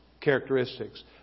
characteristics